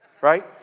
Right